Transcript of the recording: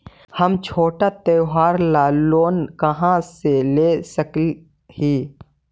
हम छोटा त्योहार ला लोन कहाँ से ले सक ही?